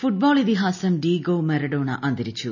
football ഇതിഹാസം Diego Maradona അന്തരിച്ചു